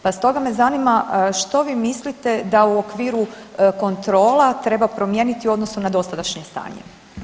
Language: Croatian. Pa stoga me zanima što vi mislite da u okviru kontrola treba promijeniti odnosno na dosadašnje stanje?